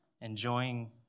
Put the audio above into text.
enjoying